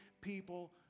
people